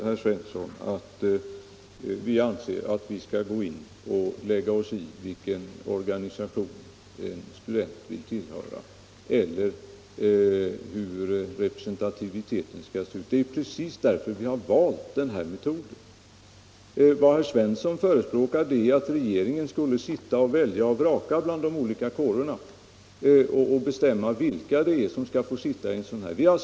Herr talman! Det är naturligtvis inte så, herr Svensson, att vi anser att vi skall lägga oss i vilken organisation en student vill tillhöra eller hur representativiteten skall se ut. Det är precis därför vi har valt den här metoden. Vad herr Svensson förespråkar är att regeringen skulle sitta och välja och vraka bland de olika kårerna och bestämma vilka som skall få sitta i en sådan här kommitté.